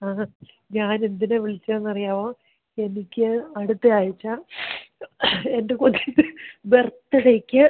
ആ ഹാ ഞാൻ എന്തിനാണ് വിളിച്ചത് എന്നറിയാവോ എനിക്ക് അടുത്ത ആഴ്ച്ച എൻ്റെ കൊച്ചിൻ്റെ ബർത്ത്ഡേക്ക്